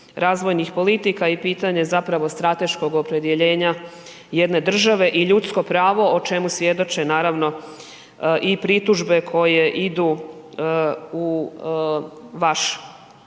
razvojnih politika i pitanje zapravo strateškog opredjeljenja jedne države i ljudsko pravo o čemu svjedoče naravno i pritužbe koje idu u vaš